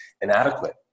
inadequate